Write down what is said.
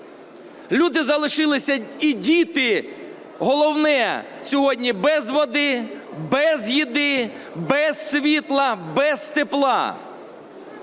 Люди залишилися, і діти головне, сьогодні без води, без їжі, без світла, без тепла.